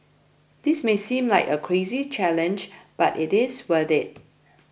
this may seem like a crazy challenge but it is worth it